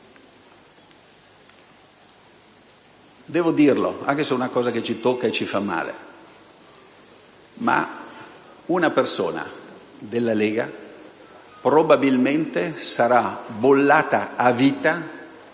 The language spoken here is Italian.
Devo dirlo, anche se è qualcosa che ci tocca e ci fa male, ma una persona della Lega probabilmente sarà bollata a vita